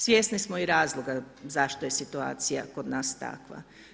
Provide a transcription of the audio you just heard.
Svjesni smo i razloga zašto je situacija kod nas takva.